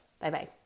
Bye-bye